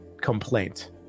complaint